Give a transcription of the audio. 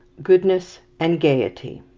goodness and gayety